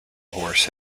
horse